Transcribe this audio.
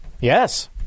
Yes